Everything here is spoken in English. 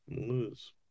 Lose